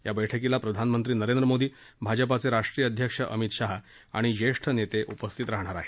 या बैठकीला प्रधानमंत्री नरेंद्र मोदी भाजपा अध्यक्ष अमित शाह आणि ज्येष्ठ नेते उपस्थित राहाणार आहेत